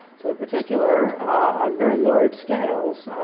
so in particular on very large scales,